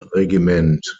regiment